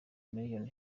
miliyoni